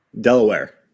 Delaware